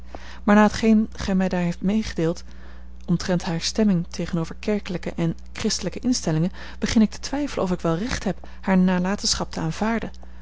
maar na t geen gij mij daar hebt medegedeeld omtrent hare stemming tegenover kerkelijke en christelijke instellingen begin ik te twijfelen of ik wel recht heb hare nalatenschap te aanvaarden